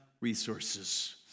resources